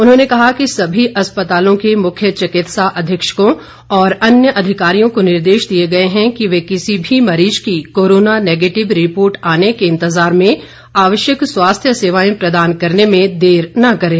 उन्होंने कहा कि सभी अस्पतालों के मुख्य चिकित्सा अधीक्षकों और अन्य अधिकारियों को निर्देश दिए गए हैं कि वे किसी भी मरीज़ की कोरोना नैगेटिव रिपोर्ट आने के इंतजार में आवश्यक स्वास्थ्य सेवाएं प्रदान करने में देर न करें